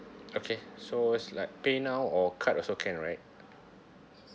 okay so it's like PayNow or card also can right